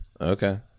Okay